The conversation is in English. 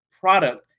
product